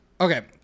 Okay